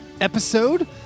episode